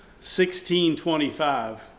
16.25